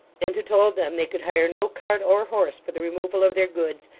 and who told them they could hire no cart or horse for the removal of their goods,